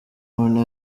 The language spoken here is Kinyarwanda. muntu